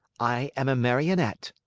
i am a marionette.